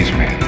man